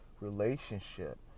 relationship